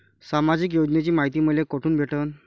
सामाजिक योजनेची मायती मले कोठून भेटनं?